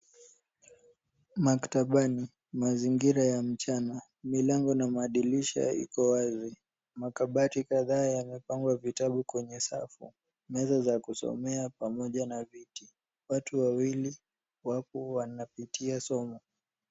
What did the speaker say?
Maktabani, mazingira ya mchana, milango na madirisha iko wazi. Makabati kadhaa yamepangwa vitabu kwenye safu. Meza za kusomea pamoja na viti watu wawili wapo wanapitia somo.